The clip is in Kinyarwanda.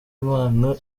imana